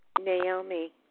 Naomi